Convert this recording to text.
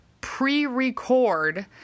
pre-record